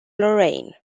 lorraine